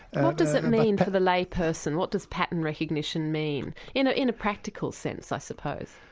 and what does it mean for the lay person, what does pattern recognition mean in ah in a practical sense, i suppose?